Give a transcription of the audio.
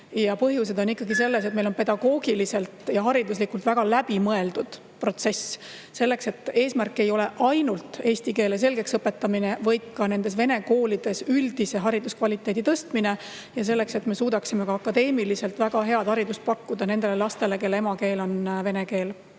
Põhjused on selles, et meil on pedagoogiliselt ja hariduslikult väga läbimõeldud protsess. Eesmärk ei ole ainult eesti keele selgeks õpetamine, vaid nendes vene koolides ka üldise hariduskvaliteedi tõstmine selleks, et me suudaksime ka akadeemiliselt väga head haridust pakkuda lastele, kelle emakeel on vene keel.